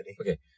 Okay